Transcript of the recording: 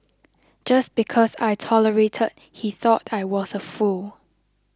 just because I tolerated he thought I was a fool